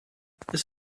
this